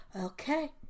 okay